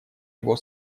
его